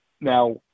now